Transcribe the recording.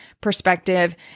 perspective